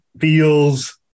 feels